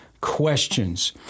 questions